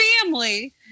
family